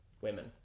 Women